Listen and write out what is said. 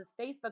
Facebook